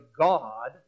God